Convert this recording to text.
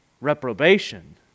reprobation